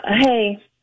Hey